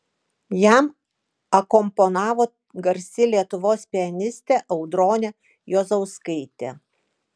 jam akompanavo garsi lietuvos pianistė audronė juozauskaitė